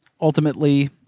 ultimately